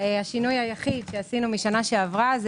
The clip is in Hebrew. השינוי היחיד שעשינו משנה שעברה זה